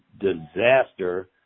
disaster